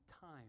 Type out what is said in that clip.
time